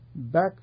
Back